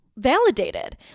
validated